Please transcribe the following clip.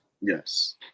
Yes